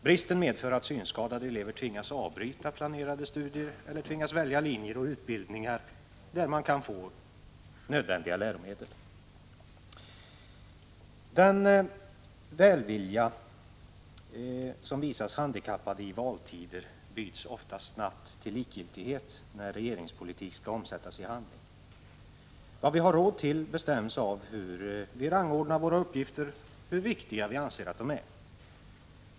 Bristen medför att synskadade elever tvingas avbryta planerade studier eller välja linjer och utbildningar där man kan få nödvändiga läromedel. Den välvilja som visas handikappade i valtider byts ofta snabbt till likgiltighet när regeringspolitiken skall omsättas i handling — vad vi har råd till, hur vi rangordnar våra utgifter, hur viktiga vi anser att de är.